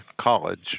college